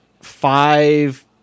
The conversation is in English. five